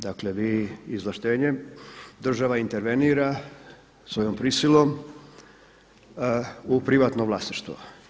Dakle, vi izvlaštenjem država intervenira svojom prisilom u privatno vlasništvo.